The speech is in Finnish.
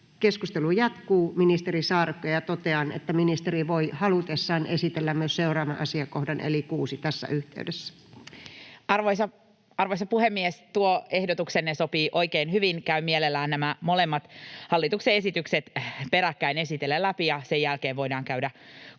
Keskustelu jatkuu. — Ministeri Saarikko. Totean, että ministeri voi halutessaan esitellä myös seuraavan asiakohdan 6 tässä yhteydessä. Arvoisa puhemies! Tuo ehdotuksenne sopii oikein hyvin. Käyn mielelläni nämä molemmat hallituksen esitykset peräkkäin esitellen läpi, ja sen jälkeen voidaan käydä kokonaisuudesta